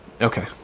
Okay